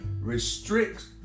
restricts